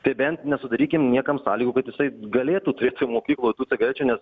tai bent nesudarykim niekam sąlygų kad jisai galėtų turėt toj mokykloj tų cigarečių nes